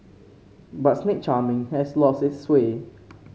but snake charming has lost its sway